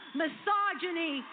misogyny